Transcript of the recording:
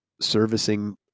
servicing